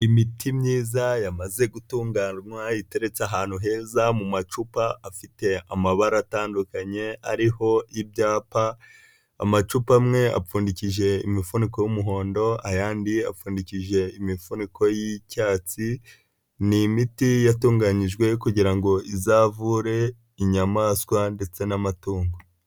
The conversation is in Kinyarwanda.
Imiti myiza yamaze gutunganywa iteretse ahantu heza mu macupa afite amabara atandukanye ariho ibyapa, amacupa amwe apfundiki imifuniko y'umuhondo ayandi apfundikishije imifuniko y'icyatsi ni imiti yatunganiyijwe kugira ngo izavure inyamaswa ndetse n'amatungo.